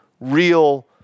real